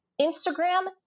Instagram